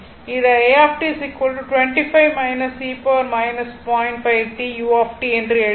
இதைu என்று எளிதாக எழுதலாம்